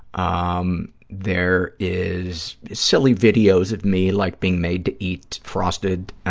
um there is silly videos of me like being made to eat frosted